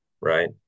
right